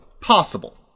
possible